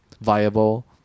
viable